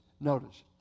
Notice